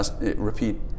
repeat